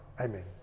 amen